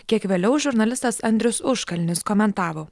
kiek vėliau žurnalistas andrius užkalnis komentavo